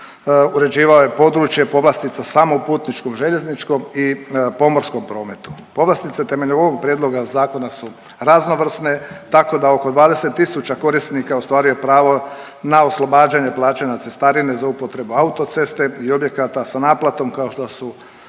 uređivao je područje povlastica samo u putničkom, željezničkom i pomorskom prometu. Povlastice temeljem ovog prijedloga zakona su raznovrsne tako da oko 20.000 korisnika ostvaruje pravo na oslobađanje plaćanja cestarine za upotrebu autoceste i objekata sa naplatom kao što su